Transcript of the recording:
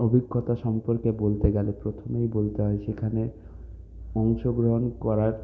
অভিজ্ঞতা সম্পর্কে বলতে গেলে প্রথমেই বলতে হয় সেখানে অংশগ্রহণ করার